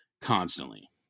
constantly